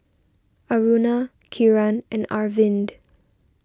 Aruna Kiran and Arvind